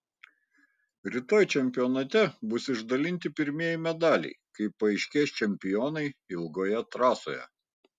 rytoj čempionate bus išdalinti pirmieji medaliai kai paaiškės čempionai ilgoje trasoje